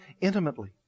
intimately